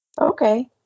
okay